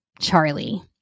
Charlie